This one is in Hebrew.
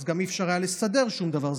אז גם לא היה אפשר לסדר שום דבר,